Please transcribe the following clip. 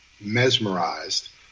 Mesmerized